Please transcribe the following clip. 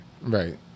Right